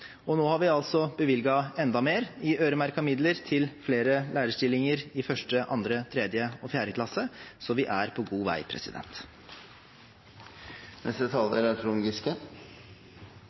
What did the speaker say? Og nå har vi altså bevilget enda mer i øremerkede midler til flere lærerstillinger i 1., 2., 3. og 4. klasse, så vi er på god vei. Representanten Trond Giske